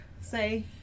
say